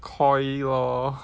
KOI lor